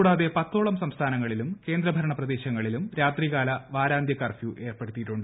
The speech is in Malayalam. കൂടാതെ പത്തോളം സംസ്ഥാനങ്ങളിലും കേന്ദ്രഭരണ പ്രദേശങ്ങളിലും രാത്രികാല വാരാന്ത്യ കർഫ്യൂ ഏർപ്പെടുത്തിയിട്ടുണ്ട്